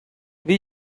wie